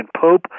Pope